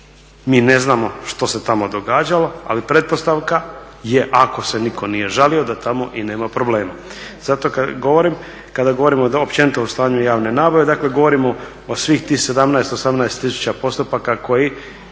mi ne znamo što se tamo događalo ali pretpostavka je ako se niko nije žalio da tamo i nema problema. Zato govorim, kada govorimo općenito o stanju javne nabave, dakle govorimo o svih tih 17, 18 tisuća postupaka koji